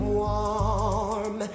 warm